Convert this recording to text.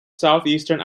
southeastern